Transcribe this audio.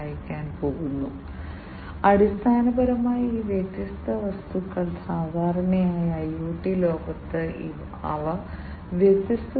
അതിനാൽ അതിനായി ആക്യുവേറ്ററുകൾ ഉണ്ടായിരിക്കും അഭ്യർത്ഥിക്കേണ്ടതുണ്ട് ആരംഭിക്കേണ്ടതുണ്ട് കൂടാതെ ഈ DAC digital to analogue converter പ്രക്രിയയിൽ സഹായിക്കുന്നതിന് ഇടയിൽ ഇരിക്കും